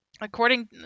According